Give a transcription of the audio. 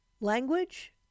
language